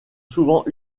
souvent